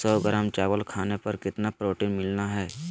सौ ग्राम चावल खाने पर कितना प्रोटीन मिलना हैय?